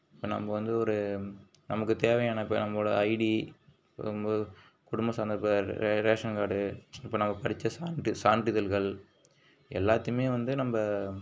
இப்போ நம்ம வந்து ஒரு நமக்கு தேவையான இப்போ நம்மளோட ஐடி குடும்ப சான்று இப்போ ரே ரேஷன் கார்டு இப்போ நம்ம படித்த சான்று சான்றிதழ்கள் எல்லாத்தையுமே வந்து நம்ம